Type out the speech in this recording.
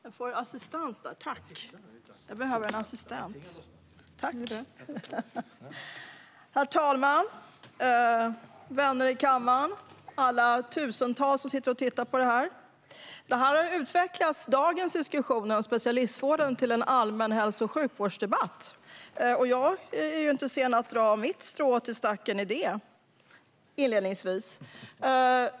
En ny beslutsprocess för den högspeciali-serade vården Herr talman! Vänner i kammaren! Alla tusentals som tittar på det här! Diskussionen om specialistvården har utvecklats till en allmän hälso och sjukvårdsdebatt. Och jag är inte sen att dra mitt står till stacken i den, inledningsvis.